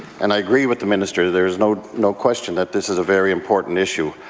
and i agree with the minister, there's no no question that this is a very important issue.